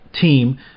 team